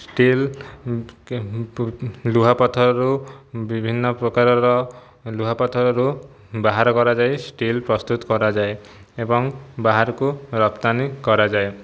steel ଲୁହା ପଥରରୁ ବିଭିନ୍ନ ପ୍ରକାରର ଲୁହା ପଥରରୁ ବାହାର କରାଯାଇ ଷ୍ଟିଲ୍ ପ୍ରସ୍ତୁତ କରାଯାଏ ଏବଂ ବାହାରକୁ ରପ୍ତାନି କରାଯାଏ